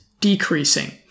decreasing